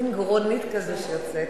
מין גרונית כזאת שיוצאת.